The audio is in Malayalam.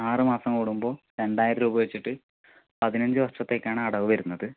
ആറ് മാസം കൂടുമ്പോൾ രണ്ടായിരം രൂപ വെച്ചിട്ട് പതിനഞ്ച് വർഷത്തേക്കാണ് അടവ് വരുന്നത്